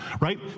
right